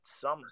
summer